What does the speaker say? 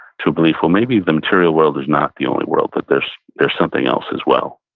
to believe, well maybe the material world is not the only world. but there's there's something else as well.